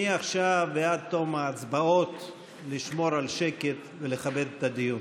מעכשיו ועד תום ההצבעות לשמור על שקט ולכבד את הדיון.